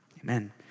Amen